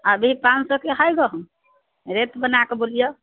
अभी पाँच सए के हइ गहूँम रेट बना कऽ बोलियौ